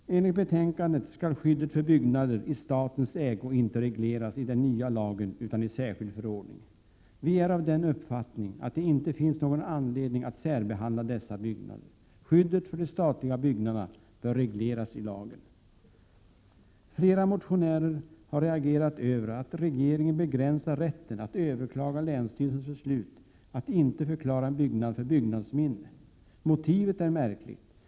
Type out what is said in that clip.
Enligt betänkandet skall skyddet för byggnader i statens ägo inte regleras i den nya lagen, utan i en särskild förordning: Vi är av den uppfattningen att det inte finns någon anledning att särbehandla dessa byggnader. Skyddet för de statliga byggnaderna bör regleras i lagen. Flera motionärer har reagerat över att regeringen begränsar rätten att överklaga länsstyrelsens beslut att inte förklara en byggnad för byggnadsmin 129 Prot. 1987/88:136 ne. Motivet är märkligt.